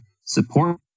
support